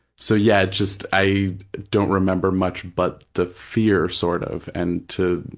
so yeah, just i don't remember much but the fear sort of, and to,